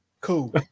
cool